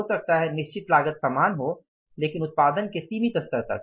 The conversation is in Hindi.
हो सकता है निश्चित लागत समान हो लेकिन उत्पादन के सीमित स्तर तक